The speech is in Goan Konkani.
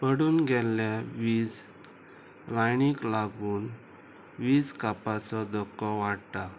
कडून गेल्ल्या वीज लायनीक लागून वीज कापाचो धक्को वाडटा